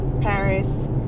Paris